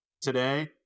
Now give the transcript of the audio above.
today